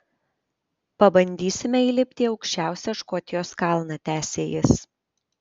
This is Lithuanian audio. pabandysime įlipti į aukščiausią škotijos kalną tęsė jis